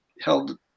held